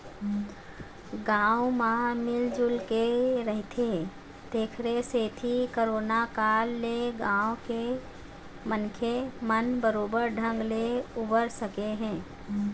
गाँव म मिल जुलके रहिथे तेखरे सेती करोना काल ले गाँव के मनखे मन बरोबर ढंग ले उबर सके हे